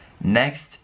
next